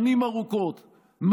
שנים ארוכות,